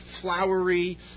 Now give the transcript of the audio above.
flowery